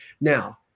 Now